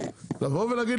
לבוא ולהגיד,